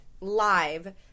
live